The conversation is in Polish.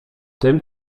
tym